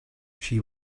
she